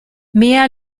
mehr